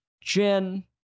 Jen